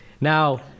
now